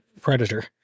predator